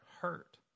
hurt